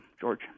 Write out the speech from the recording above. George